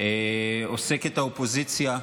עוסקת האופוזיציה,